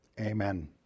amen